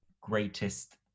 greatest